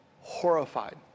horrified